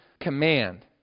command